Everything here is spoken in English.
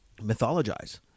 mythologize